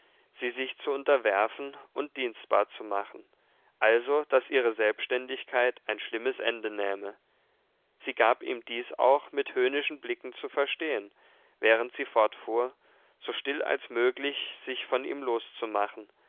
sie sich zu unterwerfen und dienstbar zu machen also daß ihre selbständigkeit ein schlimmes ende nähme sie gab ihm dies auch mit höhnischen blicken zu verstehen während sie fortfuhr so still als möglich sich von ihm loszumachen